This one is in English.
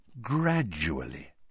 gradually